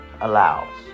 allows